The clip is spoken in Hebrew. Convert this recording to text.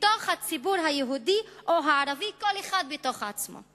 בתוך הציבור היהודי או הערבי, כל אחד בתוך עצמו,